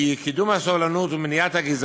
הוועדה לקידום מעמד האישה.